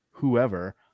whoever